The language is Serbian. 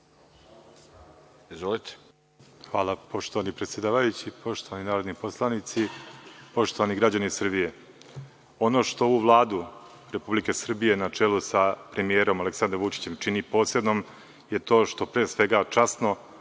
Hvala, poštovani predsedavajući. Poštovani narodni poslanici, poštovani građani Srbije, ono što ovu Vladu Republike Srbijek, na čelu sa premijerom Aleksandrom Vučićem, čini posebnom je to što pre svega časno,